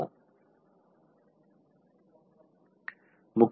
మనం ఖచ్చితమైన differential equations గురించి మళ్ళీ మన చర్చను కొనసాగిస్తాము